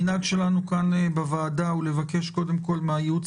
המנהג שלנו בוועדה הוא קודם כול לבקש מן הייעוץ